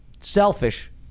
Selfish